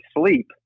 sleep